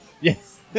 Yes